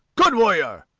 good warrior!